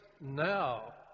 now